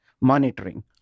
monitoring